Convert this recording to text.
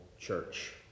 church